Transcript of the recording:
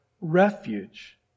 refuge